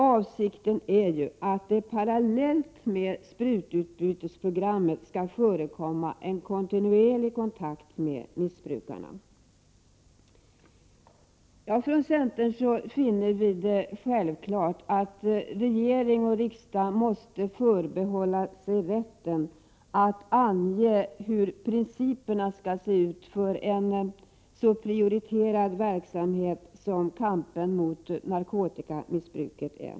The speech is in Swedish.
Avsikten är att det parallellt med sprututbytesprogrammet skall förekomma en kontinuerlig kontakt med missbrukarna. I centern finner vi att det är självklart att regering och riksdag måste förbehålla sig rätten att ange hur principerna skall se ut för en så prioriterad verksamhet som kampen mot narkotikamissbruket.